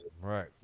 Right